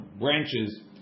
branches